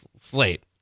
slate